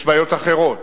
יש בעיות אחרות,